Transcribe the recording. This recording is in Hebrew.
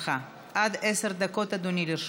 עד עשר דקות, אדוני, לרשותך.